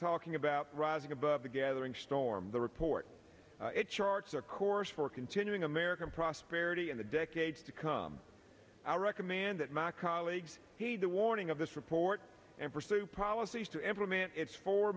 talking about rising above the gathering storm the report charts their course for continuing american prosperity in the decades to come i recommand that my colleagues heed the warning of this report and pursue policies to every man its four